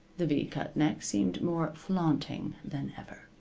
the v-cut neck seemed more flaunting than ever.